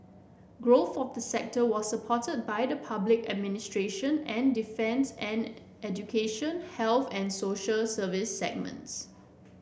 growth of the sector was supported by the public administration and defence and education health and social service segments